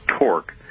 torque